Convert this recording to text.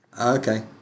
okay